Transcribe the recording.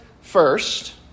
first